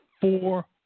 four